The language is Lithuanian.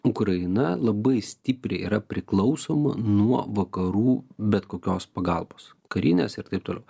ukraina labai stipriai yra priklausoma nuo vakarų bet kokios pagalbos karinės ir taip toliau